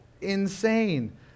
insane